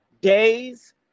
days